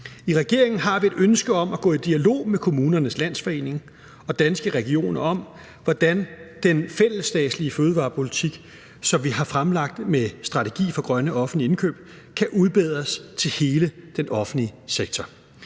I regeringen har vi et ønske om at gå i dialog med Kommunernes Landsforening og Danske Regioner om, hvordan den fællesstatslige fødevarepolitik, som vi har fremlagt med en strategi for grønne offentlige indkøb, kan udbredes til hele den offentlige sektor.